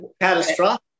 catastrophic